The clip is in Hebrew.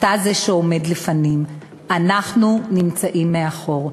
אתה זה שעומד לפנים, אנחנו נמצאים מאחור.